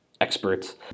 experts